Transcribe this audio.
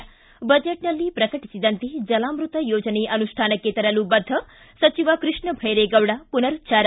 ಿ ಬಜೆಟ್ನಲ್ಲಿ ಪ್ರಕಟಿಸಿದಂತೆ ಜಲಾಮೃತ ಯೋಜನೆ ಅನುಷ್ಠಾನಕ್ಕೆ ತರಲು ಬದ್ಧ ಸಚಿವ ಕೃಷ್ಣ ಭೈರೆಗೌಡ ಪುನರುಚ್ಚಾರ